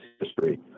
history